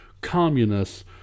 communists